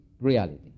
reality